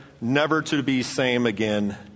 never-to-be-same-again